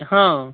हॅं